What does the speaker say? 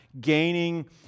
gaining